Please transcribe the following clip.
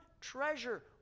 treasure